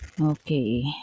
Okay